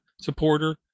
supporter